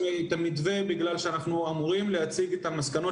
המתווה בגלל שאנחנו אמורים להציג את המסקנות